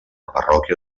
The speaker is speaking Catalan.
parròquia